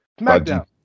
Smackdown